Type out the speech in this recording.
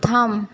থাম